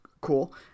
Cool